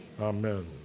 Amen